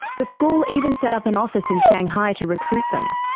the school even set up an office in shanghai to recruit them.